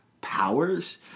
powers